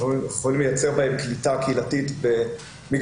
אנחנו יכולים לייצר בהם קליטה קהילתית במגרש